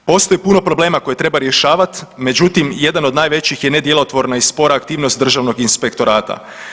Postoji puno problema koje treba rješavat međutim jedan od najvećih je nedjelotvorna i spora aktivnost Državnog inspektorata.